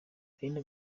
aline